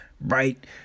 right